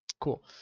Cool